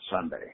Sunday